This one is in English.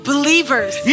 believers